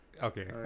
Okay